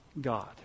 God